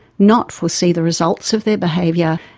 not foresee the results of their behavior,